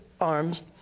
arms